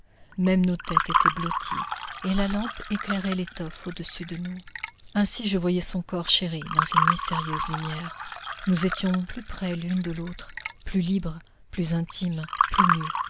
même nos têtes étaient blotties et la lampe éclairait l'étoffe au-dessus de nous ainsi je voyais son corps chéri dans une mystérieuse lumière nous étions plus près l'une de l'autre plus libres plus intimes plus nues